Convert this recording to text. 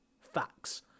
Facts